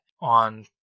on